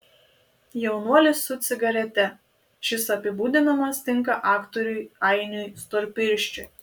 jaunuolis su cigarete šis apibūdinimas tinka aktoriui ainiui storpirščiui